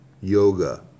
yoga